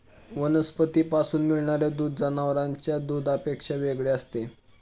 वनस्पतींपासून मिळणारे दूध जनावरांच्या दुधापेक्षा वेगळे असते